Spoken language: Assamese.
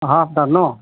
অহা সপ্তাহত ন'